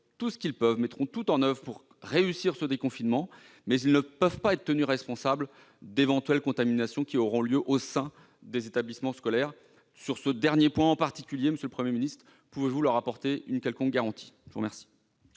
que les maires mettront tout en oeuvre pour réussir ce déconfinement, mais ils ne peuvent pas être tenus responsables d'éventuelles contaminations qui auraient lieu au sein des établissements scolaires. Sur ce dernier point en particulier, monsieur le Premier ministre, pouvez-vous leur apporter une garantie ? La parole